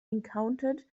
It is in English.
encountered